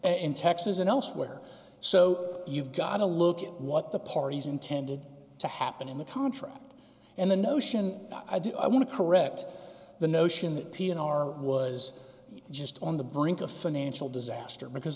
in texas and elsewhere so you've got to look at what the parties intended to happen in the contract and the notion that i do i want to correct the notion that pian are was just on the brink of financial disaster because